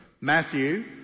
Matthew